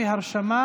מהאזרחים,